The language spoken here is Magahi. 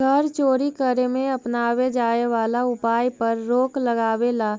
कर चोरी करे में अपनावे जाए वाला उपाय पर रोक लगावे ला